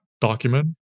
document